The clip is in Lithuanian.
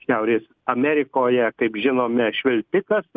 šiaurės amerikoje kaip žinome švilpikas